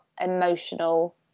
emotional